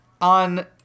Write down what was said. on